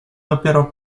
dopiero